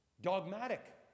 Dogmatic